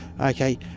Okay